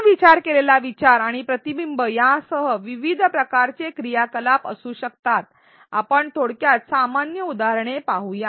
आपण विचार केला असेल असे स्पष्ट शब्दात अभिव्यक्ती आणि प्रतिबिंब यासह विविध प्रकारच्या क्रियाकलाप असू शकतात आपण थोडक्यात सामान्य उदाहरणे पाहूया